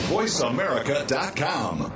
VoiceAmerica.com